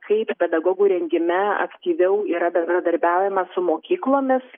kaip pedagogų rengime aktyviau yra bendradarbiaujama su mokyklomis